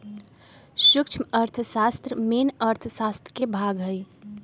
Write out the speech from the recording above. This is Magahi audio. सूक्ष्म अर्थशास्त्र मेन अर्थशास्त्र के भाग हई